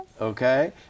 okay